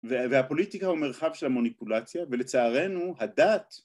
והפוליטיקה הוא מרחב של המוניפולציה ולצערנו הדת